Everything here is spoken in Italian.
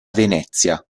venezia